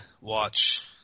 watch